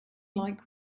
like